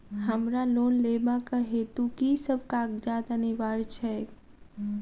हमरा लोन लेबाक हेतु की सब कागजात अनिवार्य छैक?